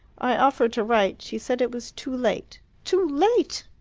i offered to write she said it was too late too late!